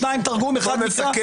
שניים תרגום, אחד מקרא.